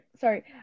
Sorry